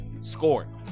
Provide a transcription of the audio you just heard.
score